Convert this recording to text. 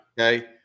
Okay